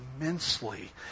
immensely